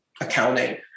accounting